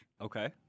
Okay